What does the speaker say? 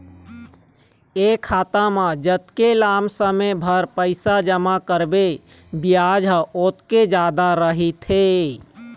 ए खाता म जतके लाम समे बर पइसा जमा करबे बियाज ह ओतके जादा रहिथे